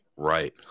Right